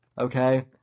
okay